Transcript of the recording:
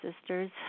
sisters